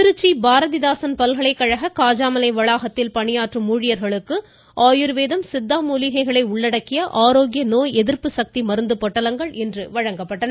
திருச்சி பாரதிதாசன் பல்கலைகழக காஜாமலை வளாகத்தில் பணியாற்றும் ஊழியர்களுக்கு ஆயுர்வேதம் சித்தா மூலிகைகளை உள்ளடக்கிய ஆரோக்கிய நோய் எதிர்ப்பு சக்தி மருந்துப் பொட்டலங்கள் இன்று வழங்கப்பட்டன